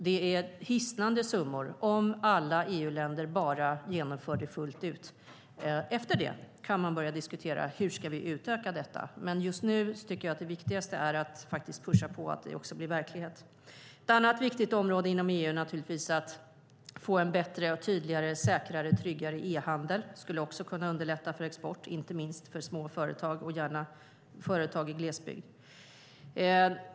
Det är hisnande summor om alla EU-länder genomför det fullt ut. Efter det kan vi börja diskutera hur vi ska utöka detta, men just nu är det viktigaste att pusha på för att det ska bli verklighet. Ett annat viktigt område inom EU är naturligtvis att få en bättre, tydligare, säkrare och tryggare e-handel. Det skulle också kunna underlätta för export, inte minst för småföretag och företag i glesbygd.